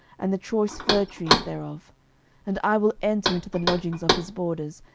and the choice fir trees thereof and i will enter into the lodgings of his borders,